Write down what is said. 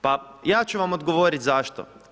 Pa ja ću vam odgovoriti zašto.